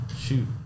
shoot